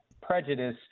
prejudice